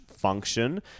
Function